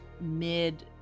mid